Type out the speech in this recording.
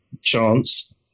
chance